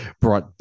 brought